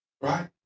Right